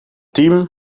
team